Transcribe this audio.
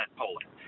polling